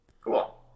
cool